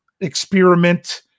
experiment